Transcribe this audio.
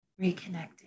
reconnecting